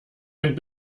ein